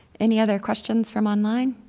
any other questions from online?